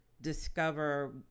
discover